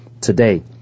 today